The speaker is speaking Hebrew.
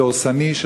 הדורסני,